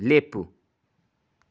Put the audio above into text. ꯂꯦꯞꯄꯨ